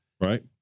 Right